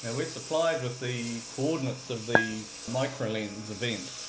and we're supplied with the coordinates of the microlens event,